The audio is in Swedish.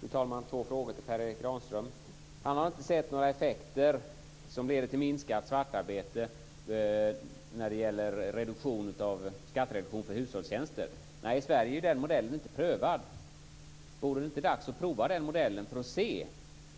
Fru talman! Jag har två frågor till Per Erik Granström. Han har inte sett några effekter som leder till minskat svartarbete när det gäller skattereduktion för hushållstjänster. Nej, i Sverige är inte den modellen prövad. Vore det inte dags att prova den modellen för att se